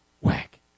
Whack